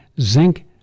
zinc